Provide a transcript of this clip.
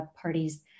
parties